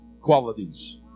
Qualities